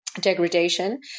degradation